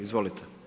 Izvolite.